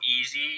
easy